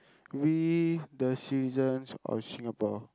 we the citizens of Singapore